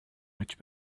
much